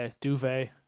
duvet